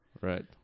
Right